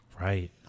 right